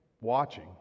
watching